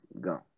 Go